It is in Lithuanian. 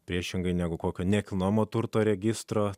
priešingai negu kokio nekilnojamo turto registro